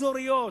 אזוריות,